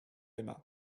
aima